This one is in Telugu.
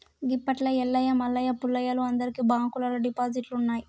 గిప్పట్ల ఎల్లయ్య మల్లయ్య పుల్లయ్యలు అందరికి బాంకుల్లల్ల డిపాజిట్లున్నయ్